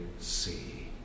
see